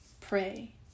pray